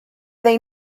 they